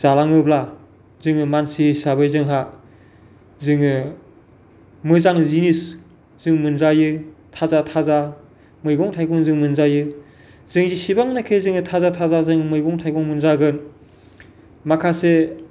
जालाङोब्ला जोङो मानसि हिसाबै जोंहा जोङो मोजां जिनिस जों मोनजायो थाजा थाजा मैगं थाइगं जों मोनजायो जों जेसेबांनोखि जों थाजा थाजा जों मैगं थाइगं मोनजागोन माखासे